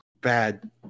bad